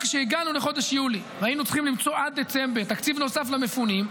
כשהגענו לחודש יולי והיינו צריכים למצוא עד דצמבר תקציב נוסף למפונים,